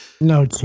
no